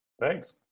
Thanks